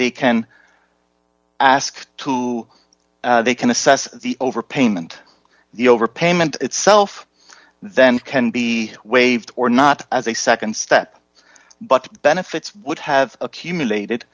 they can ask to they can assess the overpayment the overpayment itself then can be waived or not as a nd step but benefits would have accumulated